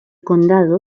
condado